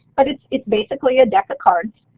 but it's it's basically a deck of cards.